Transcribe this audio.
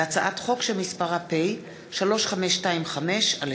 החל בהצעת חוק פ/3498/20 וכלה בהצעת חוק פ/3525/20: